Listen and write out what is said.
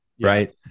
right